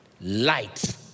Light